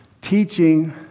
teaching